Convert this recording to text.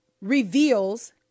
reveals